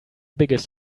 biggest